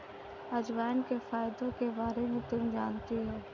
अजवाइन के फायदों के बारे में तुम जानती हो?